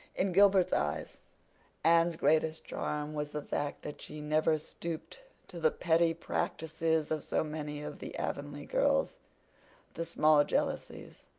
in gilbert's eyes anne's greatest charm was the fact that she never stooped to the petty practices of so many of the avonlea girls the small jealousies,